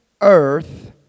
earth